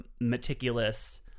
meticulous